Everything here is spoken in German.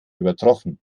übertroffen